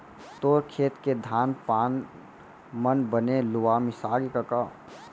तोर खेत के धान पान मन बने लुवा मिसागे कका?